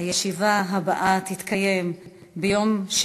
הישיבה הבאה תתקיים ביום